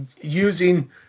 using